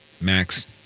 Max